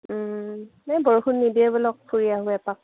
ওম এই বৰষুণ নিদিয়ে ব'লক ফুৰি আহোঁ এপাক